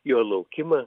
jo laukimą